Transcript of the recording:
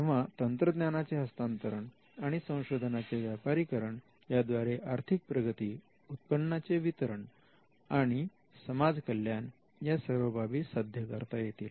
तेव्हा तंत्रज्ञानाचे हस्तांतरण आणि संशोधनाचे व्यापारीकरण याद्वारे आर्थिक प्रगती उत्पन्नाचे वितरण आणि समाज कल्याण या सर्व बाबी साध्य करता येतील